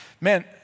man